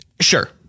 Sure